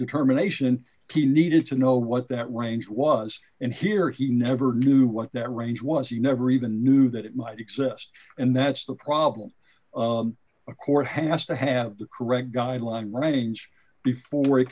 determination he needed to know what that range was and here he never knew what that range was he never even knew that it might exist and that's the problem a court has to have the correct guideline range before he